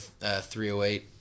308